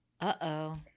Uh-oh